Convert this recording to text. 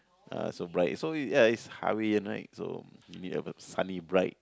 uh so bright so is ya is Hawaiian right so have a sunny bright